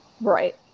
Right